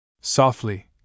Softly